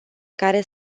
care